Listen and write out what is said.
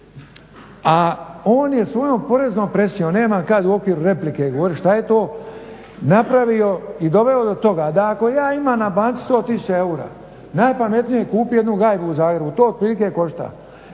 A on je svojom poreznom presijom, nemam kad u okviru replike govoriti što je to, napravio i doveo do toga da ako ja imam na banci 100 tisuća eura najpametnije je kupiti jednu gajbu u Zagrebu. To otprilike košta.